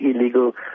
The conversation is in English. illegal